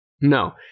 No